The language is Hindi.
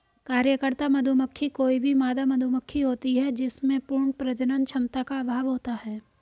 कार्यकर्ता मधुमक्खी कोई भी मादा मधुमक्खी होती है जिसमें पूर्ण प्रजनन क्षमता का अभाव होता है